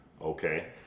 Okay